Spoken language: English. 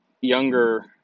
younger